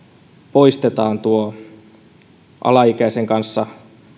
poistetaan sukupuoliyhteys alaikäisen kanssa